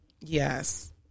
Yes